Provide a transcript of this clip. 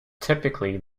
typically